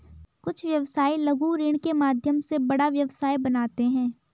कुछ व्यवसायी लघु ऋण के माध्यम से बहुत बड़ा व्यवसाय बनाते हैं